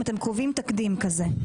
אם אתם קובעים תקדים כזה.